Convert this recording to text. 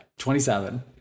27